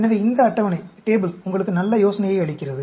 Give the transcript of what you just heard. எனவே இந்த அட்டவணை உங்களுக்கு நல்ல யோசனையை அளிக்கிறது